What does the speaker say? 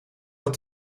dat